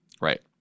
right